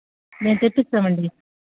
మేము తెప్పిస్తాం అండి